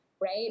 right